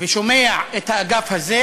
ושומע את האגף הזה,